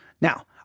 Now